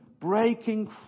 breaking